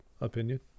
opinion